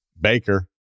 Baker